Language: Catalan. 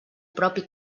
propi